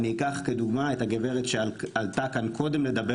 אני אקח כדוגמה את הגברת שעלתה כאן קודם לדבר